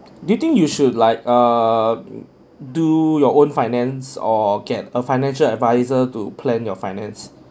do you think you should like err do your own finance or get a financial adviser to plan your finance